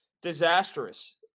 disastrous